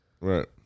right